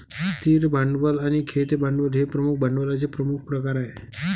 स्थिर भांडवल आणि खेळते भांडवल हे भांडवलाचे प्रमुख प्रकार आहेत